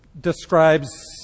describes